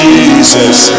Jesus